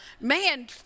man